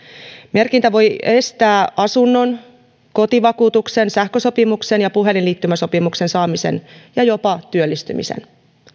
merkintä voi estää asunnon kotivakuutuksen sähkösopimuksen ja puhelinliittymäsopimuksen saamisen ja jopa työllistymisen